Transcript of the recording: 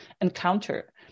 encounter